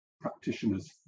practitioners